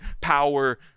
power